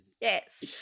Yes